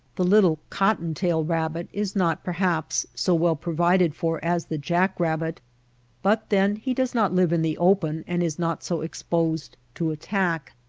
the little cotton-tail rabbit is not perhaps so well provided for as the jack-rabbit but then he does not live in the open and is not so exposed to attack.